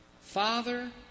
Father